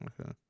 Okay